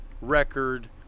record